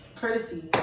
courtesy